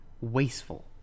wasteful